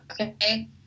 Okay